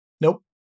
Nope